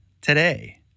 today